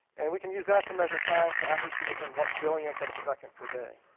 and we can use that to measure time to accuracy within one billionth of a second per day.